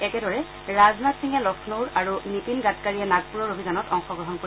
একেদৰে ৰাজনাথ সিঙে লক্ষ্ণৌৰ আৰু নীতিন গাডকাৰীয়ে নাগপুৰৰ অভিযানত অংশগ্ৰহণ কৰিব